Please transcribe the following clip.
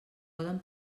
poden